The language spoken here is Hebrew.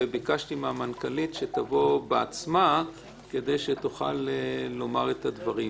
וביקשתי מהמנכ"לית איימי פלמור שתבוא בעצמה כדי שתוכל לומר את הדברים.